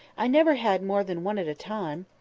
i never had more than one at a time,